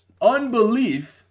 Unbelief